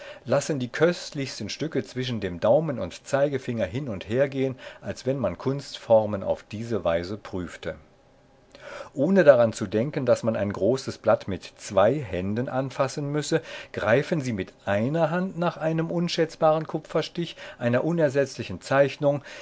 lassen die köstlichsten stücke zwischen dem daumen und zeigefinger hin und her gehen als wenn man kunstformen auf diese weise prüfte ohne daran zu denken daß man ein großes blatt mit zwei händen anfassen müsse greifen sie mit einer hand nach einem unschätzbaren kupferstich einer unersetzlichen zeichnung